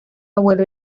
abuelo